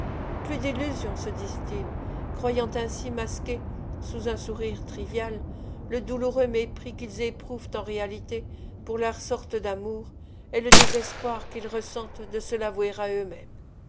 plus d'illusions se disent-ils croyant ainsi masquer sous un sourire trivial le douloureux mépris qu'ils éprouvent en réalité pour leur sorte d'amour et le désespoir qu'ils ressentent de se l'avouer à eux-mêmes